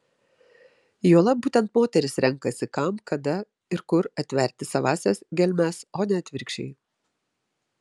juolab būtent moteris renkasi kam kada ir kur atverti savąsias gelmes o ne atvirkščiai